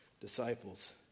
disciples